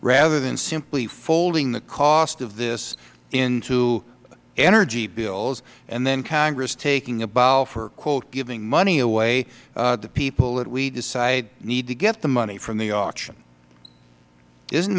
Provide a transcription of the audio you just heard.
rather than simply folding the cost of this into energy bills and then congress taking a bow for giving money away to people that we decide need to get the money from the auction isn't